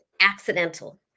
accidental